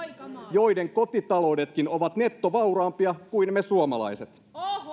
joiden kotitaloudetkin ovat nettovauraampia kuin me suomalaiset